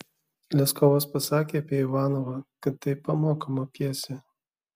leskovas pasakė apie ivanovą kad tai pamokoma pjesė